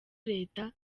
leta